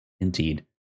indeed